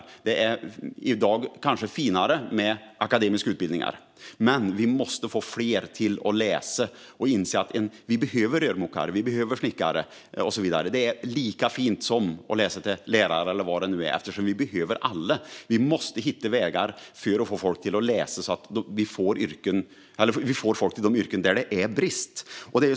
I dag är det kanske finare med akademiska utbildningar, men vi måste få fler att utbilda sig till rörmokare eller snickare och inse att vi behöver sådana. Det är lika fint som att läsa till lärare eller något annat. Vi behöver alla. Vi måste hitta vägar för att få människor att utbilda sig så att vi får folk till de yrken där det råder brist.